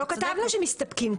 לא כתבנו שמסתפקים.